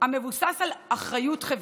המבוסס על אחריות חברתית.